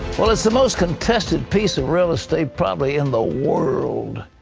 well, it's the most contested piece of real estate probably in the world.